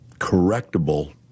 correctable